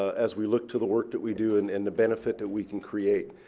as we look to the work that we do and and the benefit that we can create.